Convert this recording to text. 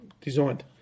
designed